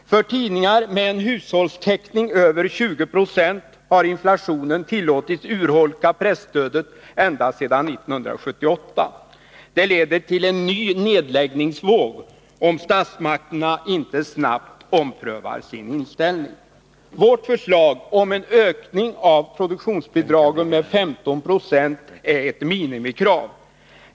För tidningar med en hushållstäckning över 20 96 har inflationen tillåtits urholka presstödet ända sedan 1978. Det leder till en ny nedläggningsvåg, om statsmakterna inte snabbt omprövar sin inställning. Vårt förslag om en ökning av produktionsbidragen med 15 4 är ett minimikrav.